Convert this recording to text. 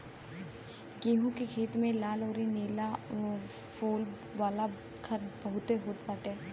गेंहू के खेत में लाल अउरी नीला फूल वाला खर बहुते होत बाटे